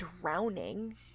drowning